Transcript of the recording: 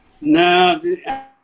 No